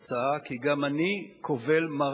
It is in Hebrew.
להצעה כזאת, כי גם אני קובל מרה